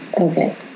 Okay